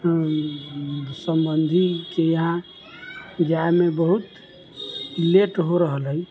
अ सम्बन्धी के इहाँ जाइ मे बहुत लेट हो रहल हय